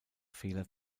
fehler